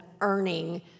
earning